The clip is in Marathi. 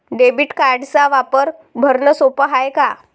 डेबिट कार्डचा वापर भरनं सोप हाय का?